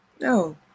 No